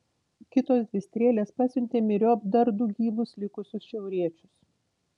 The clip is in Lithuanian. kitos dvi strėlės pasiuntė myriop dar du gyvus likusius šiauriečius